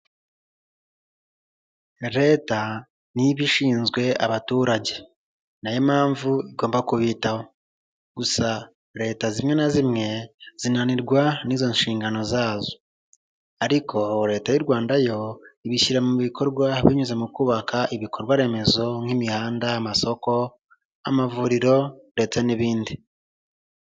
Leta niyo ishinzwe abaturage niyo mpamvu iba igomba kubitaho gusa leta zimwe na zimwe zinanirwa n'izo nshingano zazo ariko leta y'u rwanda yo ibishyira mu bikorwa binyuze mu kubaka ibikorwaremezo nk'imihanda y'amasoko ,amavuriro ndetse n'ibindi .